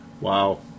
Wow